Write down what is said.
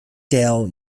dale